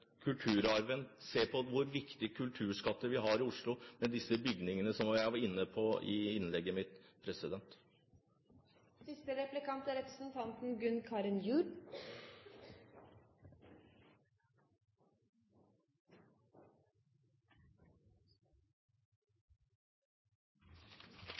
kulturarven, at de ikke ser hvor viktige kulturskatter vi har i Oslo, med disse bygningene som jeg var inne på i innlegget mitt. Det at Fremskrittspartiet er